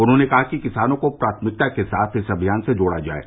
उन्होंने कहा कि किसानों को प्राथमिकता के साथ इस अभियान से जोड़ा जाये